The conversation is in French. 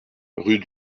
rue